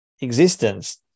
existence